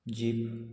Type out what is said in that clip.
jeep